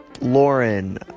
Lauren